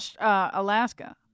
alaska